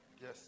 Yes